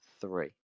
three